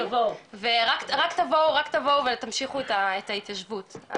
רק תבואו ותמשיכו את ההתיישבות.